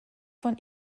von